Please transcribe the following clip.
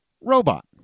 robot